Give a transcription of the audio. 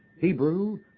Hebrew